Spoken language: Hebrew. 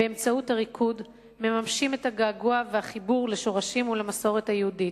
באמצעות הריקוד הם מממשים את הגעגוע והחיבור לשורשים ולמסורת היהודית.